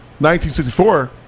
1964